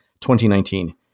2019